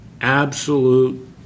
absolute